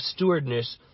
stewardness